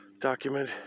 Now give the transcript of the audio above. document